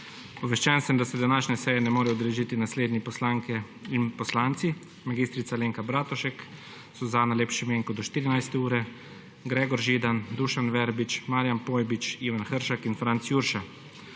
Obveščen sem, da se današnje seje ne morejo udeležiti naslednji poslanke in poslanci: mag. Alenka Bratušek, Suzana Lep Šimenko do 14. ure, Gregor Židan, Dušan Verbič, Marijan Pojbič, Ivan Hršak in Franc Jurša.